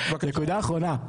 נקודה אחרונה,